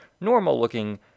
normal-looking